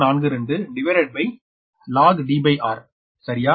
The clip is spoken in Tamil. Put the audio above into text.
0242log Dr சரியா